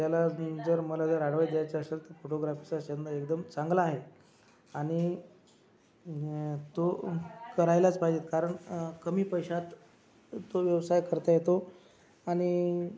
त्याला जर मला जर ॲडवाईज द्यायचा असेल तर फोटोग्राफीचा छंद एकदम चांगला आहे आणि तो करायलाच पाहिजे कारण कमी पैशात तो व्यवसाय करता येतो आणि